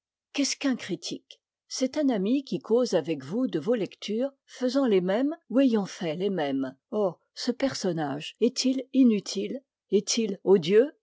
qu'est-ce qu'un critique c'est un ami qui cause avec vous de vos lectures faisant les mêmes ou ayant fait les mêmes or ce personnage est-il inutile est-il odieux